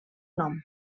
nom